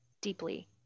deeply